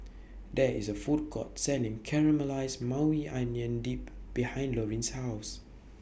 There IS A Food Court Selling Caramelized Maui Onion Dip behind Lorin's House